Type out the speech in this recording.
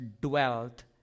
dwelt